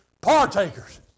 Partakers